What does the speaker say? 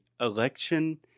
election